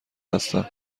هستم